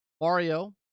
Mario